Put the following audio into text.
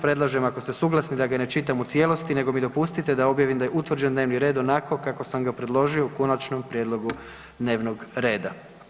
Predlažem ako ste suglasni da ga ne čitam u cijelosti nego mi dopustite da objavim da je utvrđen dnevni red onako kako sam ga predložio u konačnom prijedlogu dnevnog reda.